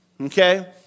Okay